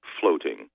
floating